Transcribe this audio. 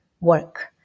work